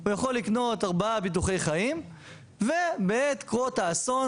הוא יכול לקנות ארבעה ביטוחי חיים ובעת קרות האסון,